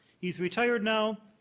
he's retired now.